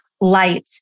light